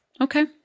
Okay